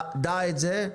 דע את זה,